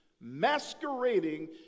masquerading